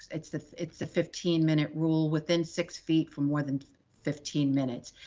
it's the it's the fifteen minute rule within six feet for more than fifteen minutes,